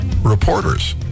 Reporters